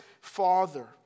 father